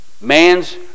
Man's